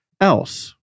else